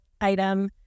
item